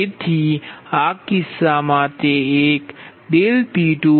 તેથી આ કિસ્સામાં તે એક P2k P3k